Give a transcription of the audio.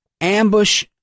Ambush